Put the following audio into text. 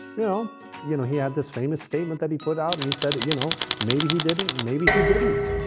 know, you know, he had this famous statement that he put out and he said, you know, maybe he didn't, maybe he didn't.